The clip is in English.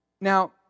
Now